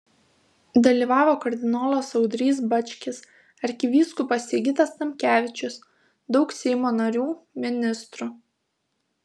dalyvavo kardinolas audrys bačkis arkivyskupas sigitas tamkevičius daug seimo narių ministrų